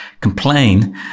complain